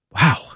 Wow